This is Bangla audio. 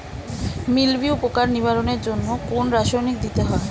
মিলভিউ পোকার নিবারণের জন্য কোন রাসায়নিক দিতে হয়?